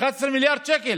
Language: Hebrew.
11 מיליארד שקל,